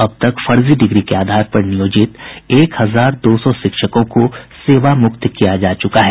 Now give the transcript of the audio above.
अब तक फर्जी डिग्री के आधार पर नियोजित एक हजार दो सौ शिक्षकों को सेवामुक्त किया जा चुका है